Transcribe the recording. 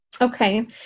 Okay